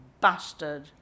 bastard